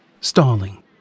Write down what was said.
stalling